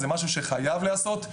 זה דבר שחייב להיעשות.